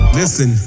listen